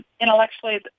intellectually